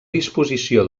disposició